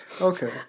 Okay